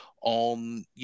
on